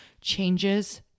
changes